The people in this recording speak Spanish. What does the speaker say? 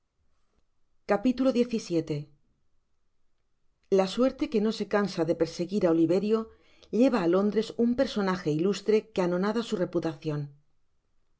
xvii la suert que no se cansa de perseguir á oliverio lleva á londres un personage ilustre que anonada su reputacion